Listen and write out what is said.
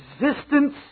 existence